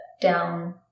down